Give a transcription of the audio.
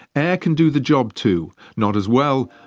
air can do the job too. not as well,